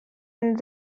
and